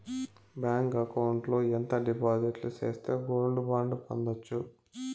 Bank account లో ఎంత డిపాజిట్లు సేస్తే గోల్డ్ బాండు పొందొచ్చు?